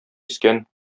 искән